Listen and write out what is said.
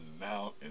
now